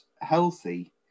healthy